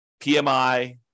PMI